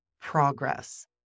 progress